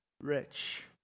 rich